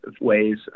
ways